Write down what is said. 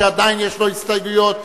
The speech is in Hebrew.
שעדיין יש לו הסתייגויות,